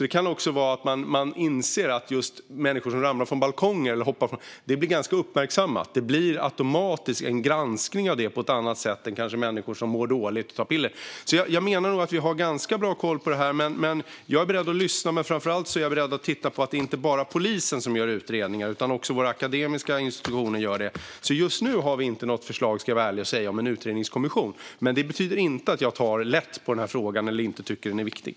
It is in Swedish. Det kan vara så att man inser att det blir ganska uppmärksammat när människor ramlar, eller hoppar, från balkonger; det blir automatiskt en granskning av det på ett annat sätt än när det handlar om människor som mår dåligt och tar piller. Jag menar att vi har ganska bra koll på det här, men jag är beredd att lyssna. Framför allt är jag beredd att titta på att det inte bara är polisen som gör utredningar utan också våra akademiska institutioner. Jag ska vara ärlig och säga att vi just nu inte har något förslag om en utredningskommission, men det betyder inte att jag tar lätt på denna fråga eller att jag inte tycker att den är viktig.